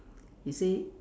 he say